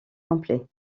complet